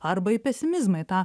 arba į pesimizmą į tą